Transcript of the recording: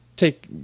take